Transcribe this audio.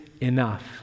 enough